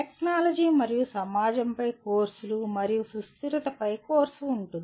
technology మరియు సమాజంపై courses మరియు సుస్థిరతపై కోర్సు ఉంటుంది